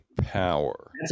Power